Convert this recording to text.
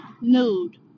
Nude